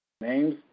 names